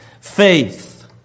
Faith